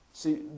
See